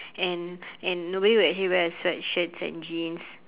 and and nobody would actually wear a sweatshirt and jeans